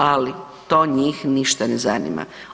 Ali to njih ništa ne zanima.